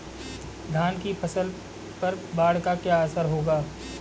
धान की फसल पर बाढ़ का क्या असर होगा?